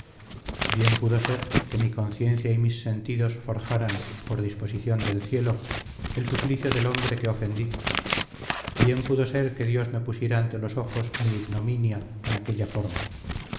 bien pudo ser que mi conciencia y mis sentidos forjaran por disposición del cielo el suplicio del hombre que ofendí bien pudo ser que dios me pusiera ante los ojos mi ignominia en aquella forma